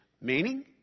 meaning